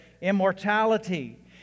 immortality